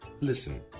Listen